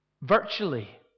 virtually